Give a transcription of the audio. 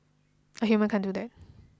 a human can't do that